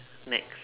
next